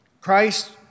Christ